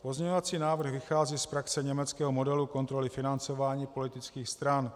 Pozměňovací návrh vychází z praxe německého modelu kontroly financování politických stran.